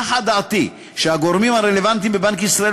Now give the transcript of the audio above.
נחה דעתי שהגורמים הרלוונטיים בבנק ישראל